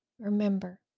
remember